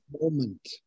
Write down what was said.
moment